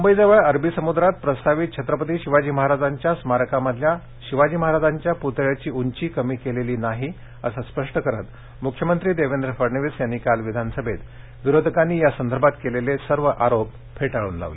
मुंबईजवळ अरबी समुद्रात प्रस्तावित छत्रपती शिवाजी महाराजांच्या स्मारकामधल्या शिवाजी महाराजांच्या पुतळ्याची उंची कमी केलेली नाही असं स्पष्ट करत मुख्यमंत्री देवेंद्र फडणवीस यांनी काल विधानसभेत विरोधकांनी यासंदर्भात केलेले सर्व आरोप फेटाळून लावले